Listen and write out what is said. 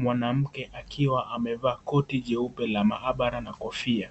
Mwanamke akiwa amevaa koti jeupe la maabara na kofia